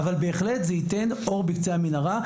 אבל בהחלט זה ייתן אור בקצה המנהרה.